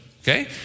okay